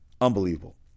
Unbelievable